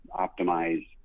optimize